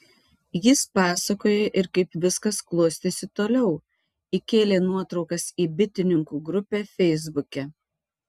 jis pasakoja ir kaip viskas klostėsi toliau įkėlė nuotraukas į bitininkų grupę feisbuke